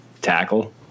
tackle